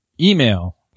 email